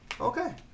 okay